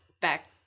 back